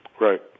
Right